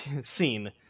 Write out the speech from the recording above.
Scene